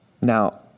Now